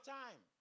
time